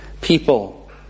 people